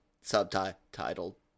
subtitle